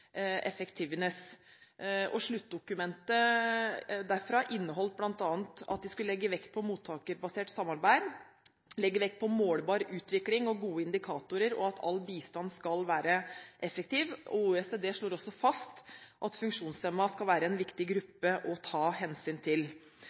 Effectiveness». Sluttdokumentet derfra inneholdt bl.a. at man skal legge vekt på mottakerbasert samarbeid, legge vekt på målbar utvikling og gode indikatorer, og at all bistand skal være effektiv. OECD slår også fast at funksjonshemmede skal være en viktig